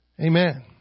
Amen